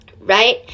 right